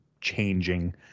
changing